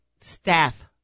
staff